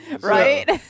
Right